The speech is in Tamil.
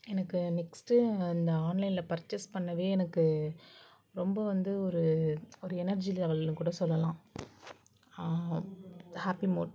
எனக்கு நெக்ஸ்ட் அந்த ஆன்லைன்ல பர்சஸ் பண்ணவே எனக்கு ரொம்ப வந்து ஒரு ஒரு எனெர்ஜி லெவல்ன்னு கூட சொல்லலாம் ஹாப்பி மூட்